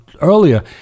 earlier